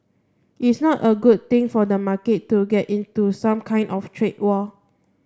it's not a good thing for the market to get into some kind of trade war